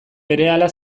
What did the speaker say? berehala